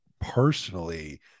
personally